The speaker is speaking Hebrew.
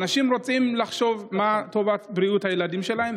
אנשים רוצים לחשוב מה טובת בריאות הילדים שלהם,